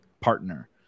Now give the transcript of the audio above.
partner